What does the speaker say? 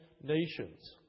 nations